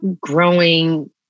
growing